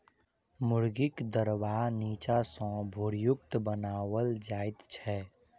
मुर्गीक दरबा नीचा सॅ भूरयुक्त बनाओल जाइत छै